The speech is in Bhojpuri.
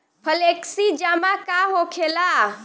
फ्लेक्सि जमा का होखेला?